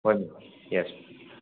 ꯍꯣꯏ miss yes